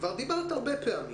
כבר דיברת הרבה פעמים.